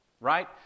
right